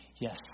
Yes